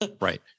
Right